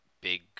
big